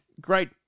great